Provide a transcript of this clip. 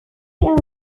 are